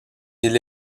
ils